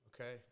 Okay